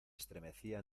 estremecía